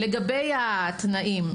לגבי התנאים,